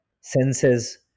senses